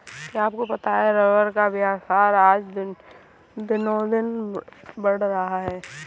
क्या आपको पता है रबर का व्यवसाय आज दिनोंदिन बढ़ रहा है?